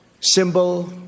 symbol